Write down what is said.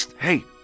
hey